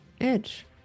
edge